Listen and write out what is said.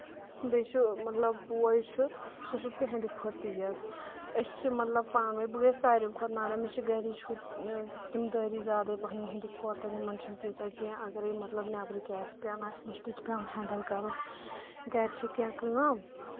بیٚیہِ چھُ مطلب بوے چھُ سُہ چھُ تِہِنٛدِ کھۄتہٕ تیژ أسۍ چھِ مطلب پانہٕ ؤنۍ بٲے ساروی کھۄتہٕ نارٕم مےٚ چھِ گَرِچ ہُہ زِمہٕ دٲری زیادے پَہنۍ یہِنٛدِ کھۄتہٕ تہٕ یِمَن چھےٚ نہٕ تیٖژاہ کینٛہہ اگرے مطلب نؠبرٕ کیاہ آسہِ کینٛہہ آسہِ مےٚ چھُ تِتہِ پیٚوان ہینٛڈٕل کَرُن گَرِ چھِ کینٛہہ کٲم